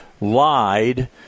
lied